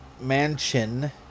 Mansion